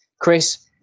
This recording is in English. Chris